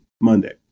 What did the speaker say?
Monday